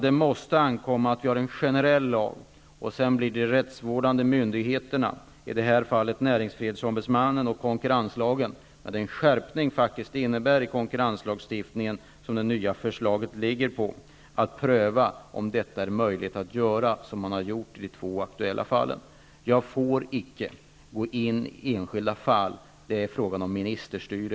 Lagen måste göras generell, och sedan får de rättsvårdande myndigheterna -- i detta fall näringsfrihetsombudsmannen; det nya förslaget innebär en skärpning av konkurrenslagen -- pröva om det går att göra så som har skett i de två aktuella fallen. Jag får icke diskutera enskilda fall. Det skulle vara fråga om ministerstyre.